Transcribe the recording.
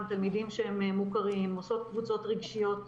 תלמידים שהם מוכרים עושות קבוצות רגשיות,